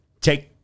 take